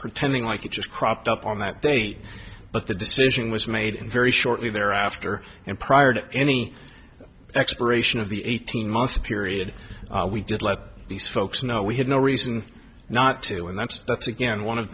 pretending like you just cropped up on that date but the decision was made in very shortly thereafter and prior to any expiration of the eighteen month period we did let these folks know we had no reason not to and that's that's again one of